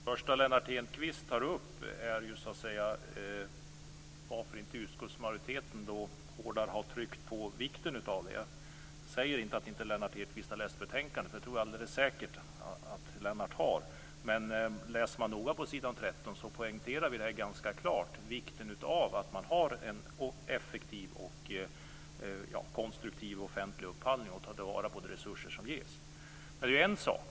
Fru talman! Det första som Lennart Hedquist tar upp är varför utskottsmajoriteten inte hårdare har tryckt på vikten av offentlig upphandling. Jag säger inte att Lennart Hedquist inte har läst betänkandet, för det tror jag alldeles säkert att han har. Men om man läser noga på s. 13 ser man att vi ganska klart poängterar vikten av en effektiv och konstruktiv offentlig upphandling och att man tar vara på de resurser som ges.